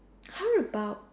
how about